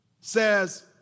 Says